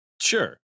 sure